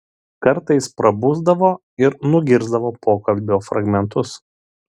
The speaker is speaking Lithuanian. kartais prabusdavo ir nugirsdavo pokalbio fragmentus